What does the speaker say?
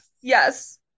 yes